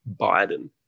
Biden